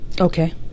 Okay